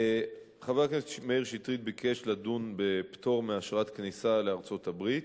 חבר הכנסת מאיר שטרית ביקש לדון בפטור מאשרת כניסה לארצות-הברית.